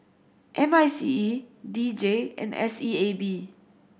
M I C E D J and S E A B